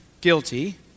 guilty